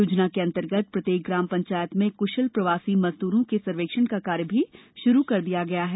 योजना के अंतर्गत प्रत्येक ग्राम पंचायत में क्शल प्रवासी मजदूरों के सर्वेक्षण का कार्य भी शुरू कर दिया गया है